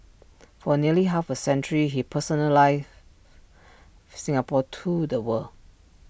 for nearly half A century he personalize Singapore to the world